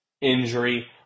injury